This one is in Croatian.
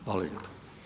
Hvala lijepo.